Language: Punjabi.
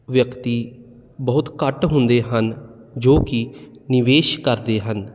ਵਿਅਕਤੀ ਬਹੁਤ ਘੱਟ ਹੁੰਦੇ ਹਨ ਜੋ ਕਿ ਨਿਵੇਸ਼ ਕਰਦੇ ਹਨ